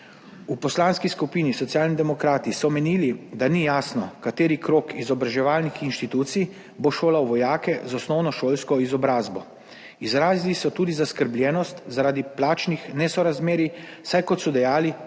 V Poslanski skupini Socialni demokrati so menili, da ni jasno, kateri krog izobraževalnih inštitucij bo šolal vojake z osnovnošolsko izobrazbo. Izrazili so tudi zaskrbljenost zaradi plačnih nesorazmerij, saj, kot so dejali,